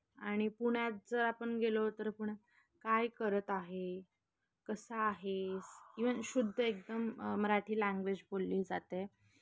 आणि पुण्यात जर आपण गेलो तर पुणं काय करत आहे कसा आहेस इव्हन शुद्ध एकदम मराठी लँग्वेज बोलली जाते